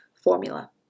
formula